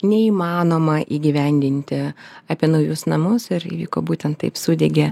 neįmanoma įgyvendinti apie naujus namus ir įvyko būtent taip sudegė